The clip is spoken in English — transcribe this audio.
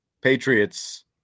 patriots